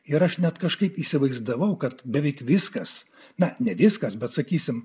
ir aš net kažkaip įsivaizdavau kad beveik viskas na ne viskas bet sakysime